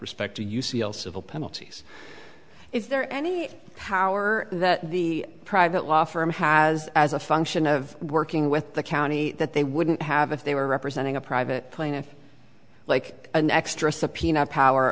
respect to u c l civil penalties is there any power that the private law firm has as a function of working with the county that they wouldn't have if they were representing a private plaintiff like an extra subpoena power